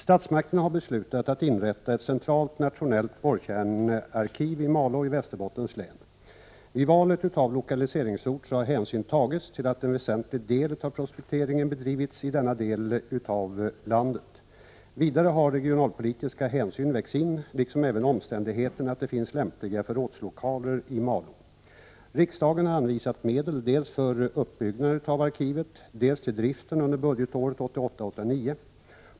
Statsmakterna har beslutat att inrätta ett centralt nationellt borrkärnearkiv i Malå i Västerbottens län. Vid valet av lokaliseringsort har hänsyn tagits till att en väsentlig del av prospekteringen bedrivs i denna del av landet. Vidare har regionalpolitiska hänsyn vägts in liksom även omständigheten att det finns lämpliga förrådslokaler i Malå. Riksdagen har anvisat medel dels för uppbyggnaden av arkivet, dels till driften under budgetåret 1988/89.